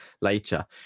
later